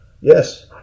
yes